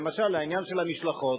למשל, העניין של המשלחות